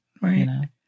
right